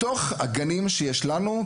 מתוך גני הילדים שיש לנו,